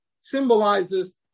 symbolizes